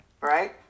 Right